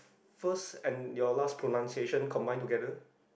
first and your last pronunciation combine together